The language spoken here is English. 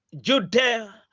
Judea